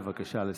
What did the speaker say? בבקשה לסכם.